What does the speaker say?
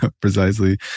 precisely